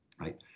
right